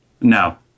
No